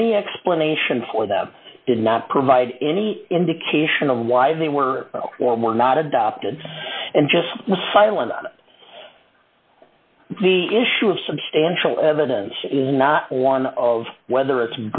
any explanation for them did not provide any indication of why they were or were not adopted and just asylum the issue of substantial evidence is not one of whether it's